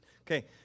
Okay